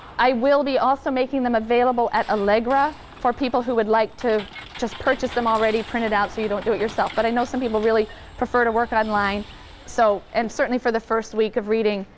i will be also making them available at allegra for people who would like to just purchase them already printed out so you don't do it yourself, but i know some people really prefer to work online so and certainly for the first week of reading,